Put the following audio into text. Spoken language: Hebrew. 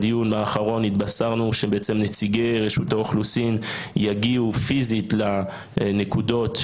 בדיון האחרון התבשרנו שנציגי רשות האוכלוסין יגיעו פיזית לנקודות,